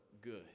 good